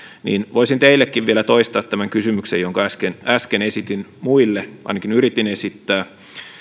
voisin teillekin vielä toistaa tämän kysymyksen jonka äsken äsken esitin muille ainakin yritin esittää